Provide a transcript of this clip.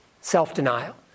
self-denial